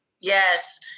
yes